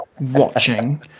watching